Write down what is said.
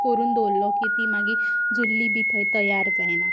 करून दवरलो की ती मागीर जुल्ली बी थंय तयार जायना